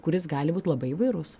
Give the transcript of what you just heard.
kuris gali būt labai įvairus